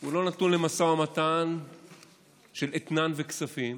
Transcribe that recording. הוא לא נתון למשא ומתן של אתנן וכספים,